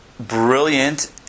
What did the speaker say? Brilliant